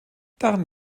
darin